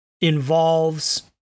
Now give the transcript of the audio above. involves